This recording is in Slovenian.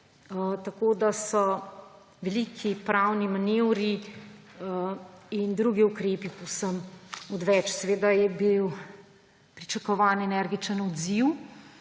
tako da so veliki pravni manevri in drugi ukrepi povsem odveč. Seveda je bil pričakovan energičen odziv